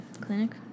clinic